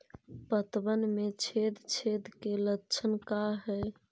पतबन में छेद छेद के लक्षण का हइ?